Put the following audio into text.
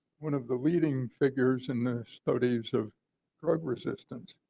one of the leading figures in the studies of drug resistance.